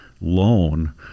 loan